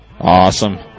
Awesome